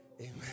Amen